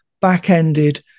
back-ended